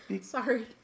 sorry